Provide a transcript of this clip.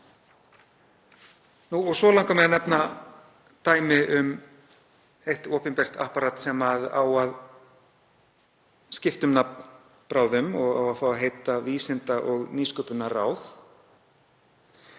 vinnu. Svo langar mig að nefna dæmi um eitt opinbert apparat sem á að skipta um nafn bráðum og fá að heita Vísinda- og nýsköpunarráð,